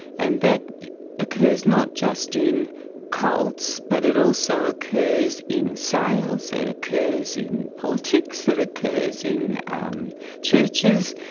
and that occurs not just in cults but it also occurs in sales, it occurs in politics, it occurs in um churches,